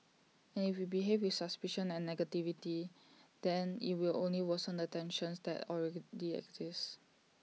and if we behave with suspicion and negativity then IT will only worsen the tensions that already exist